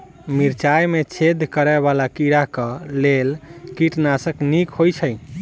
मिर्चाय मे छेद करै वला कीड़ा कऽ लेल केँ कीटनाशक नीक होइ छै?